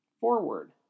forward